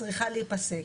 צריכה להיפסק.